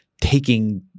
taking